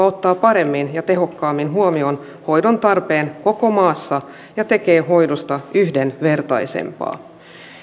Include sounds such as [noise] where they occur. [unintelligible] ottaa paremmin ja tehokkaammin huomioon hoidon tarpeen koko maassa ja tekee hoidosta yhdenvertaisempaa